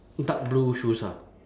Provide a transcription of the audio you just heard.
dark blue shoes ah